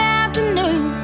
afternoon